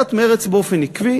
סיעת מרצ באופן עקבי